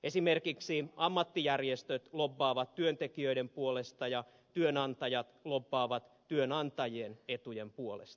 esimerkiksi ammattijärjestöt lobbaavat työntekijöiden puolesta ja työnantajat lobbaavat työnantajien etujen puolesta